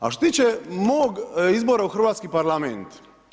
A što se tiče mog izbora u hrvatski Parlament.